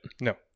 no